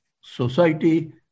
Society